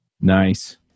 Nice